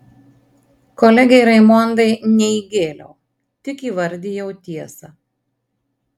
kolegei raimondai ne įgėliau tik įvardijau tiesą